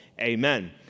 Amen